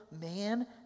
man